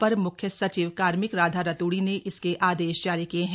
अपर मुख्य सचिव कार्मिक राधा रतूड़ी ने इसके आदेश जारी किये हैं